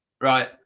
right